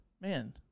man